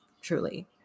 truly